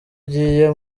ugiye